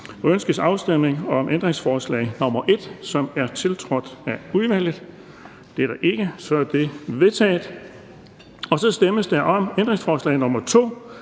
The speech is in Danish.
Ønskes afstemning om ændringsforslag nr. 1, som er tiltrådt af udvalget? Det er vedtaget. Der stemmes om ændringsforslag nr.